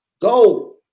go